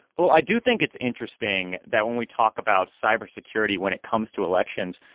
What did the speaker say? well, i do think it's interesting that when we talk about cybersecurity when it comes to elections,